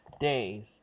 days